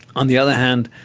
on the other hand,